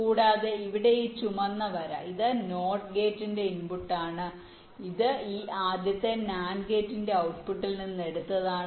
കൂടാതെ ഇവിടെ ഈ ചുവന്ന രേഖ ഈ NOT ഗേറ്റിന്റെ ഇൻപുട്ട് ആണ് ഇത് ഈ ആദ്യത്തെ NAND ഗേറ്റിന്റെ ഔട്ട്പുട്ടിൽ നിന്ന് എടുത്തതാണ്